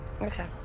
okay